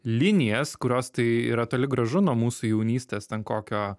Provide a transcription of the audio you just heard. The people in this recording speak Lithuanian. linijas kurios tai yra toli gražu nuo mūsų jaunystės ten kokio